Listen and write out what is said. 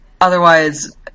otherwise